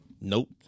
Nope